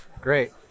Great